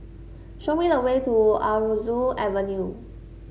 show me the way to Aroozoo Avenue